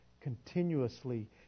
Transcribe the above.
continuously